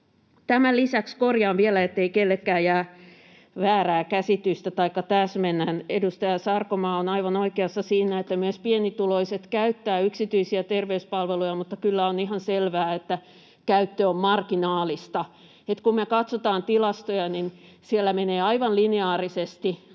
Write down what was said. Tämän lisäksi täsmennän vielä, ettei kenellekään jää väärää käsitystä. Edustaja Sarkomaa on aivan oikeassa siinä, että myös pienituloiset käyttävät yksityisiä terveyspalveluja, mutta kyllä on ihan selvää, että käyttö on marginaalista. Eli kun me katsotaan tilastoja, niin siellä aivan lineaarisesti